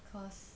cause